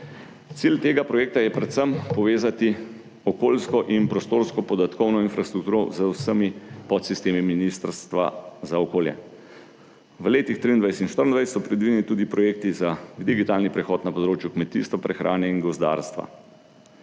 Cilj tega projekta je predvsem povezati okoljsko in prostorsko podatkovno infrastrukturo z vsemi podsistemi Ministrstva za okolje. V letih 2023 in 2024 so predvideni tudi projekti za digitalni prehod na področju kmetijstva, prehrane in gozdarstva.